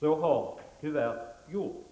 så har tyvärr skett.